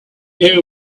air